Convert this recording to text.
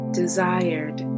desired